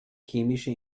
chemische